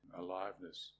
aliveness